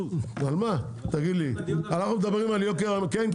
אנחנו מדברים על יוקר --- 60%.